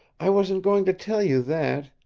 i wasn't goin' to tell you that.